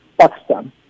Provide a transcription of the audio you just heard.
Pakistan